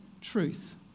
Truth